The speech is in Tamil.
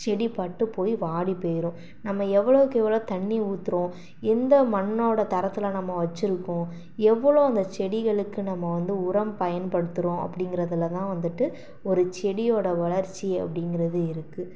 செடி பட்டுபோய் வாடிப் போய்ரும் நம்ம எவ்வளோவுக்கு எவ்வளோ தண்ணி ஊற்றுறோம் எந்த மண்ணோட தரத்தில் நம்ம வச்சிருக்கோம் எவ்வளோ அந்த செடிகளுக்கு நம்ம வந்து உரம் பயன்படுத்துறோம் அப்படிங்கிறதுல தான் வந்துவிட்டு ஒரு செடியோட வளர்ச்சி அப்படிங்கிறது இருக்கு